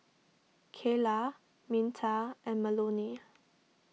Kayla Minta and Melonie